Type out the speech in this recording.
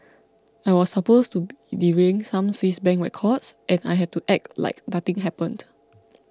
I was supposed to be delivering some Swiss Bank records and I had to act like nothing happened